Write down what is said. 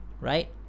right